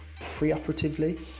pre-operatively